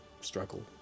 struggle